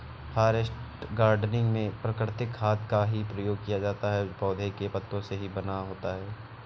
forest gardening में प्राकृतिक खाद का ही प्रयोग किया जाता है जो पौधों के पत्तों से ही बना होता है